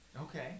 Okay